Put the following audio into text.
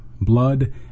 blood